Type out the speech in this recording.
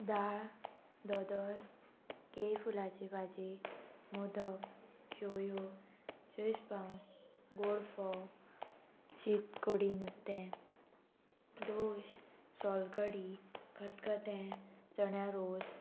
दाळ दोदोल केळी फुलाची भाजी मोदक शोवयो चेरीश पाव गोडफोव शीतकोडी नुस्तें दोश सोलकडी खतखतें चण्या रोस